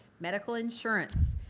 medical insurance.